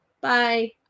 Bye